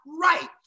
right